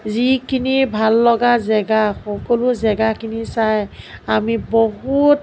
যিখিনি ভাল লগা জেগা সকলো জেগাখিনি চাই আমি বহুত